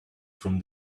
from